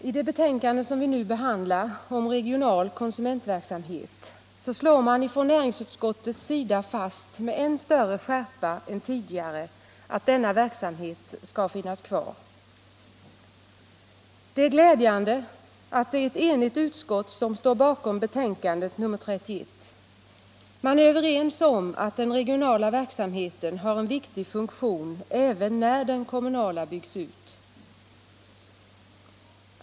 Herr talman! I det betänkande om regional konsumentverksamhet, som vi nu behandlar, slår man från näringsutskottets sida fast med ännu större skärpa än tidigare att denna verksamhet skall finnas kvar. Det är glädjande att det är ett enigt utskott som står bakom betänkande nr 31. Man är överens om att den regionala verksamheten har en viktig funktion även när den kommunala byggs ut.